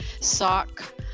sock